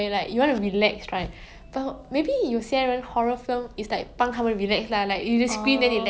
yeah